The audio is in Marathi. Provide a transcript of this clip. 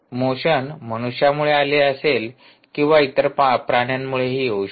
मोशन मनुष्यांमुळे आलेली असेल किंवा इतर प्राण्यांमुळेही येऊ शकते